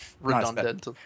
redundant